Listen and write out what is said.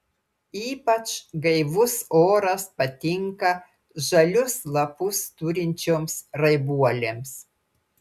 ypač gaivus oras patinka žalius lapus turinčioms raibuolėms